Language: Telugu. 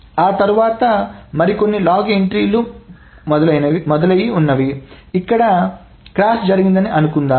ఆ తర్వాత మరికొన్ని లాగ్ ఎంట్రీలు మొదలైనవి ఉన్నాయి మరియు ఇక్కడ క్రాష్ జరిగిందని అనుకుందాం